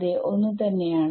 അതെ ഒന്ന് തന്നെയാണ്